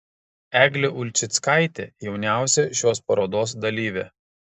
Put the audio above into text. eglė ulčickaitė jauniausia šios parodos dalyvė